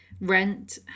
Rent